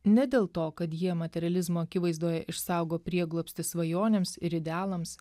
ne dėl to kad jie materializmo akivaizdoje išsaugo prieglobstį svajonėms ir idealams